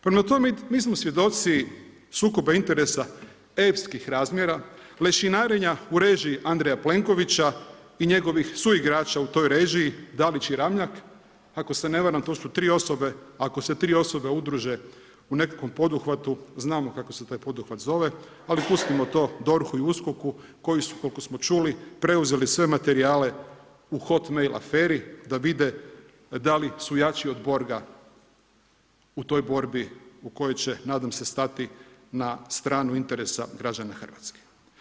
Prema tome, mi smo svjedoci sukoba interesa epskih razmjera, lešinarenja u režiji Andreja Plenkovića i njegovih suigrača u toj režiji, Dalić i Ramljak, ako se ne varam, to su 3 osobe, ako se 3 osobe udruže u nekakvom poduhvatu, znamo kako se taj poduhvat zove ali pustimo to DORH-u i USKOK-u koji su koliko smo čuli, preuzeli sve materijale u Hotmail aferi da vide da li su jači od Borga u toj borbi u kojoj će nadam se stati na stranu interesa građana Hrvatske.